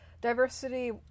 Diversity